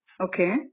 Okay